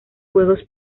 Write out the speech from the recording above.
juegos